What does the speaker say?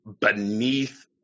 beneath